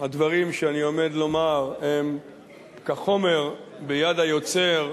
הדברים שאני עומד לומר הם כחומר ביד היוצר,